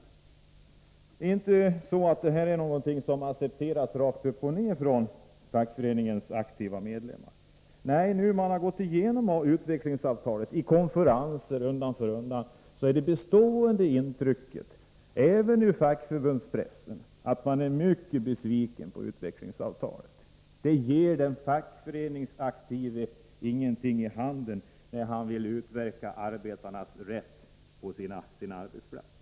Men det är inte så att detta är någonting som accepteras rakt upp och ner av fackföreningens medlemmar. Nej, nu när man har gått igenom utvecklingsavtalet undan för undan i konferenser, är det bestående intrycket även i fackförbundspressen att man är mycket besviken på utvecklingsavtalet. Detta ger den fackföreningsaktive ingenting i handen, när han vill utverka arbetarnas rätt på sin arbetsplats.